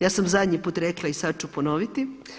Ja sam zadnji put rekla i sada ću ponoviti.